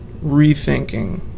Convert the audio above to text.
rethinking